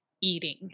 eating